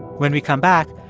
when we come back,